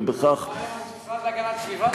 ובכך --- לא היה אז המשרד להגנת הסביבה.